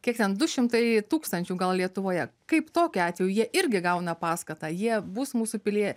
kiek ten du šimtai tūkstančių gal lietuvoje kaip tokiu atveju jie irgi gauna paskatą jie bus mūsų pilie